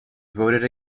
voted